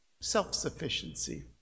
self-sufficiency